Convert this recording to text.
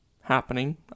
happening